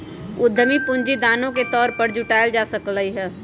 उधमी पूंजी दानो के तौर पर जुटाएल जा सकलई ह